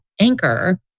anchor